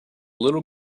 little